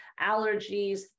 allergies